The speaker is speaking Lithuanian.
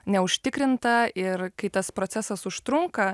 neužtikrinta ir kai tas procesas užtrunka